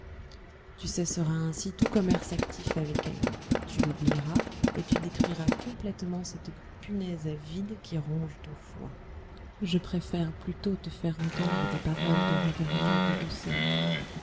tu cesseras ainsi tout commerce actif avec elle tu l'oublieras et tu détruiras complètement cette punaise avide qui ronge ton foie je préfère plutôt te faire entendre des paroles de rêverie et de douceur